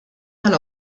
tal